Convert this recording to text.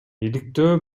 иликтөө